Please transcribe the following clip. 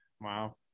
Wow